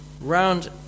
round